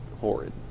horrid